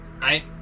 right